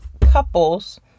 couples